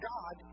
God